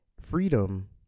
freedom